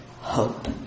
hope